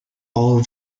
all